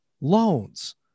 loans